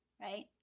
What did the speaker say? right